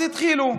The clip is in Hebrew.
אז התחילו.